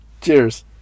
Cheers